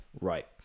Right